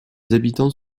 habitants